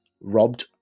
robbed